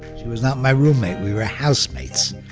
she was not my roommate, we were housemates.